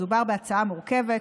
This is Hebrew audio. מדובר בהצעה מורכבת,